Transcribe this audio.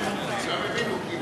שם כתוב שאני אמרתי או,